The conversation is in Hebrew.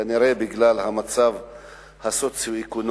כנראה בגלל המצב הסוציו-אקונומי.